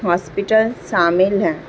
hospital شامل ہیں